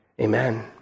Amen